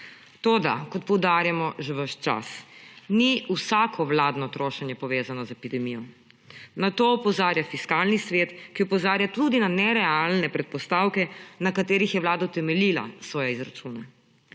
toda kot poudarjamo že ves čas, ni vsako vladno trošenje povezano z epidemijo. Na to opozarja Fiskalni svet, ki opozarja tudi na nerealne predpostavke, na katerih je Vlada temeljila svoje izračune.